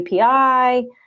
API